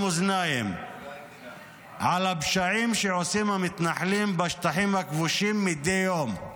אוזניים על הפשעים שעושים המתנחלים בשטחים הכבושים מדי יום.